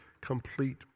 complete